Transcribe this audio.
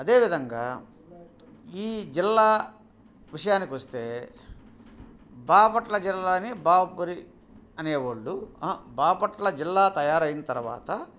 అదేవిధంగా ఈ జిల్లా విషయానికి వస్తే బాపట్ల జిల్లాని బాపురి అనేవాళ్ళు బాపట్ల జిల్లా తయారైన తర్వాత